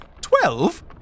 Twelve